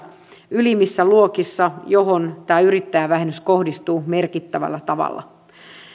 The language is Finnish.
ylimmissä luokissa joihin tämä yrittäjävähennys kohdistuu merkittävällä tavalla